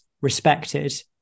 respected